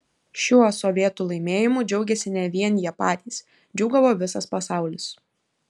šiuo sovietų laimėjimu džiaugėsi ne vien jie patys džiūgavo visas pasaulis